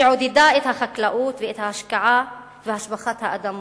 שעודדה את החקלאות ואת ההשקעה והשבחת האדמות,